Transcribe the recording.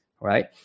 right